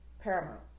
Paramount